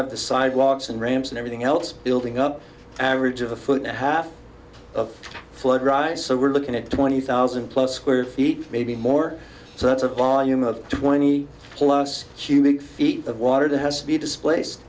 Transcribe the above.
have the sidewalks and ramps and everything else building up an average of a foot and a half of flood right so we're looking at twenty thousand plus square feet maybe more so that's a bar yuma of twenty plus cubic feet of water that has to be displaced